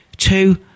Two